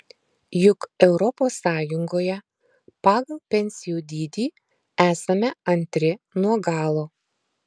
juk europos sąjungoje pagal pensijų dydį esame antri nuo galo